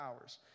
hours